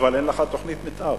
אבל אין לך תוכנית מיתאר.